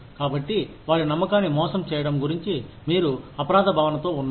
కాబట్టి వారి నమ్మకాన్ని మోసం చేయడం గురించి మీరు అపరాధ భావనతో ఉన్నారు